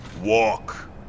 Walk